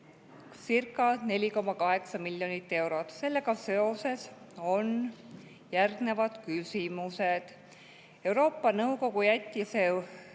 miljonit eurot. Sellega seoses on järgnevad küsimused. Euroopa Nõukogu jättis